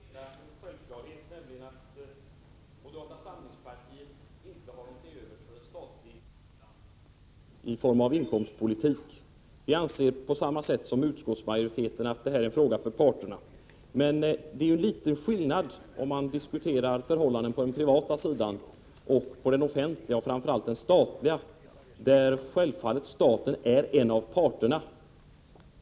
Herr talman! Låt mig först konstatera en självklarhet, nämligen att moderata samlingspartiet inte har något till övers för en statlig inblandning i form av inkomstpolitik. Vi anser på samma sätt som utskottsmajoriteten att detta är en fråga för parterna. Men det är litet skillnad mellan att diskutera förhållandena på den privata sidan och att diskutera förhållandena på den offentliga sidan, framför allt den statliga där självfallet staten är en av parterna.